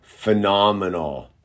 phenomenal